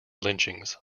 lynchings